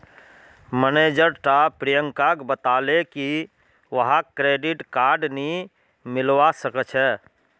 manager टा प्रियंकाक बताले की वहाक क्रेडिट कार्ड नी मिलवा सखछे